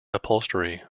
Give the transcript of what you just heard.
upholstery